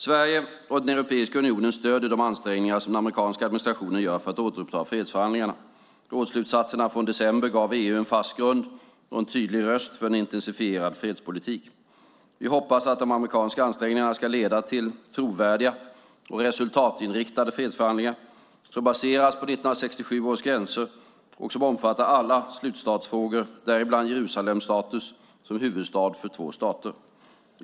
Sverige och Europeiska unionen stöder de ansträngningar som den amerikanska administrationen gör för att återuppta fredsförhandlingarna. Rådsslutsatserna från december gav EU en fast grund och en tydlig röst för en intensifierad fredspolitik. Vi hoppas att de amerikanska ansträngningarna ska leda till trovärdiga och resultatinriktade fredsförhandlingar som baseras på 1967 års gränser och som omfattar alla slutstatusfrågor, däribland Jerusalems status som huvudstad för två stater.